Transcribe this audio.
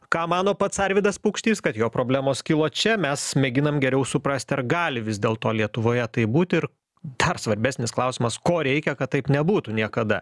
ką mano pats arvydas paukštys kad jo problemos kilo čia mes mėginam geriau suprasti ar gali vis dėlto lietuvoje taip būti ir dar svarbesnis klausimas ko reikia kad taip nebūtų niekada